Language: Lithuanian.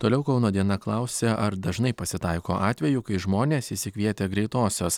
toliau kauno diena klausia ar dažnai pasitaiko atvejų kai žmonės išsikvietę greitosios